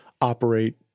operate